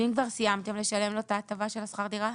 ואם כבר סיימתם לשלם לו את ההטבה של שכר דירה?